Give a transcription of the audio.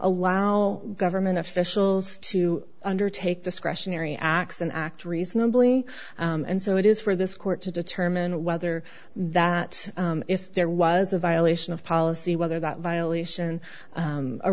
allow government officials to undertake discretionary acts and act reasonably and so it is for this court to determine whether that if there was a violation of policy whether that violation